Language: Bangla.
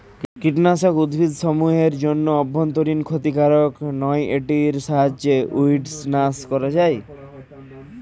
কীটনাশক উদ্ভিদসমূহ এর জন্য অভ্যন্তরীন ক্ষতিকারক নয় এটির সাহায্যে উইড্স নাস করা হয়